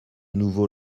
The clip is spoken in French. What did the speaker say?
nouveau